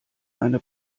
eine